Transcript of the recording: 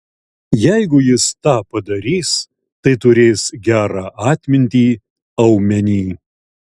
jeigu jis tą padarys tai turės gerą atmintį aumenį